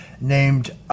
named